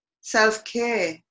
self-care